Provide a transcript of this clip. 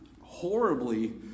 horribly